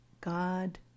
God